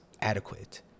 adequate